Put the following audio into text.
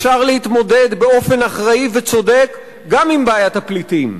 אפשר להתמודד באופן אחראי וצודק גם עם בעיית הפליטים.